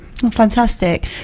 fantastic